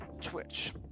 twitch